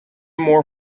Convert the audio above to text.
more